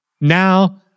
now